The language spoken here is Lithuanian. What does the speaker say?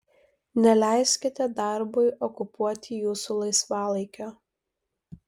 neleiskite darbui okupuoti jūsų laisvalaikio